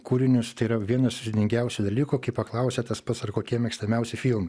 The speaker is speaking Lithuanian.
kūrinius tai yra vienas sudėtingiausių dalykų kai paklausia tas pats ar kokie mėgstamiausi filmai